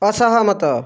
ଅସହମତ